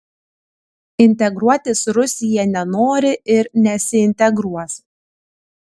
integruotis rusija nenori ir nesiintegruos